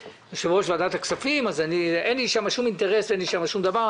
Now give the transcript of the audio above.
כיושב-ראש ועדת הכספים אין לי שם שום אינטרס ואין לי שם שום דבר.